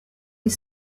est